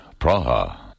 Praha